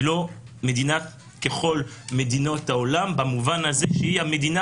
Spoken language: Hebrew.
היא לא מדינה ככל מדינות העולם במובן הזה שהיא המדינה